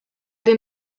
den